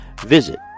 visit